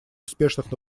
успешных